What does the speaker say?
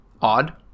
Odd